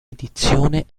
edizione